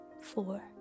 four